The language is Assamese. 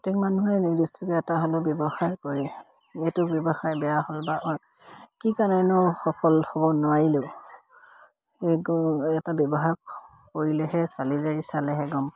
প্ৰত্যেক মানুহে নিৰ্দিষ্টকে এটা হ'লেও ব্যৱসায় কৰে এইটো ব্যৱসায় বেয়া হ'ল বা কি কাৰণেনো সফল হ'ব নোৱাৰিলে সেই এটা ব্যৱসায় কৰিলেহে চালি জাৰি চালেহে গম